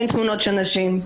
אין תמונות של נשים,